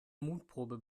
mutprobe